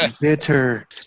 bitter